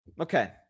Okay